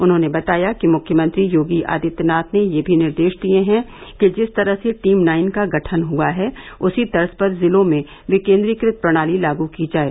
उन्होंने बताया कि मुख्यमंत्री योगी आदित्यनाथ ने यह भी निर्देश दिये हैं कि जिस तरह से टीम नाइन का गठन हुआ है उसी तर्ज पर जिलों में विकेन्द्रीकृत प्रणाली लागू की जाये